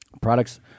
products